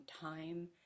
time